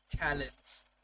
talents